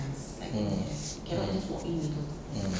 mm ya